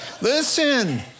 Listen